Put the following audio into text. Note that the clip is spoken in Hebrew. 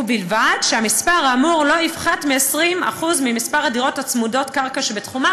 ובלבד שהמספר האמור לא יפחת מ-20% ממספר הדירות צמודות הקרקע שבתחומה.